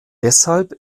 deshalb